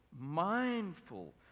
mindful